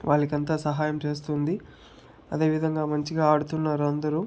వాళ్ళకంతా సహాయం చేస్తుంది అదేవిధంగా మంచిగా ఆడుతున్నారు అందరూ